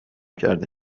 کرده